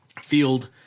field